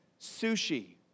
sushi